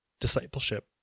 discipleship